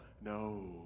no